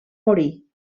morir